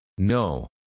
No